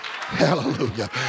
Hallelujah